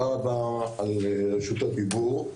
תודה רבה על רשות הדיבור.